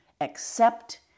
accept